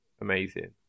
amazing